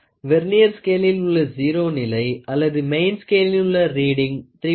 vernier ஸ்கேளில் உள்ள zero நிலை அல்லது மெயின் ஸ்கேளில் உள்ள ரீடிங் 3